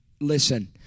listen